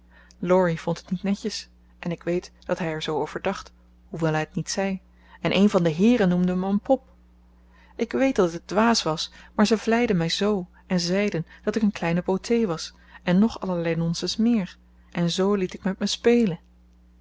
laurie vond het niet netjes ik weet dat hij er zoo over dacht hoewel hij het niet zei en een van de heeren noemde me een pop ik weet dat het dwaas was maar ze vleiden mij zoo en zeiden dat ik een kleine beauté was en nog allerlei nonsens meer en zoo liet ik met me spelen